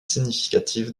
significative